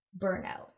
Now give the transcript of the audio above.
burnout